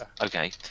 Okay